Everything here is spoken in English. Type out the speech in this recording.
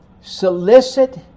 solicit